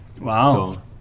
Wow